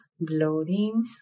Bloating